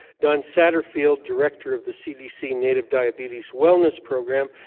dawn satterfield, director of the cdc native diabetes wellness program,